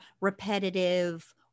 repetitive